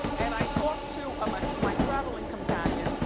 and i talked to um ah my traveling companion,